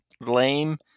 lame